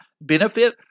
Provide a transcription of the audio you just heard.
benefit